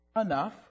enough